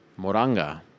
Moranga